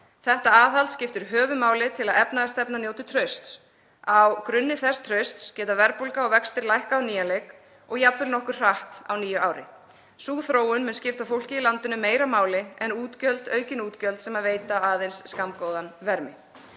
Þetta aðhald skiptir höfuðmáli til að efnahagsstefnan njóti trausts. Á grunni þess trausts geta verðbólga og vextir lækkað á nýjan leik og jafnvel nokkuð hratt á nýju ári. Sú þróun mun skipta fólkið í landinu meira máli en aukin útgjöld sem veita aðeins skammgóðan vermi.